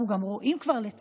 אנחנו גם רואים כבר, לצערי,